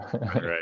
Right